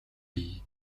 бий